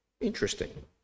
interesting